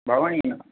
Bhavani